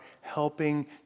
helping